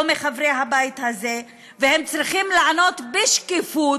או מחברי הבית הזה, והם צריכים לענות בשקיפות,